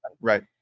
Right